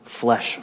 flesh